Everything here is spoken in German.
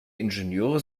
ingenieure